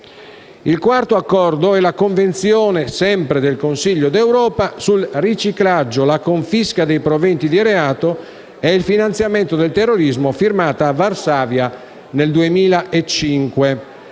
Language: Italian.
Il quarto accordo è la Convenzione, sempre del Consiglio d'Europa, sul riciclaggio, la confisca dei proventi di reato e il finanziamento del terrorismo, firmata a Varsavia nel 2005.